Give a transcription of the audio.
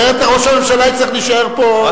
אחרת ראש הממשלה יצטרך להישאר פה.